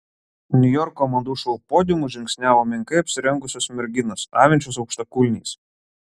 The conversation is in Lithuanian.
niujorko madų šou podiumu žingsniavo menkai apsirengusios merginos avinčios aukštakulniais